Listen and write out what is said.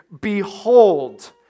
behold